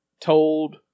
told